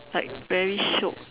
like very shiok